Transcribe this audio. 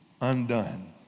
undone